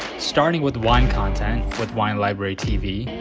starting with wine content, with wine library tv.